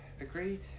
Agreed